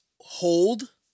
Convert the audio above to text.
hold